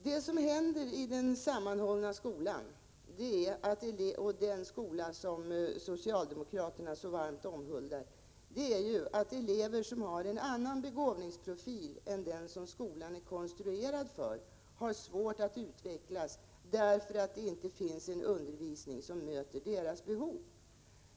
Det som händer i den sammanhållna skolan, den skola som socialdemokraterna så varmt omhuldar, är att elever som har en annan begåvningsprofil än den som skolan är konstruerad för har svårt att utvecklas, därför att det inte finns en undervisning som möter deras behov.